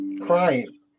crying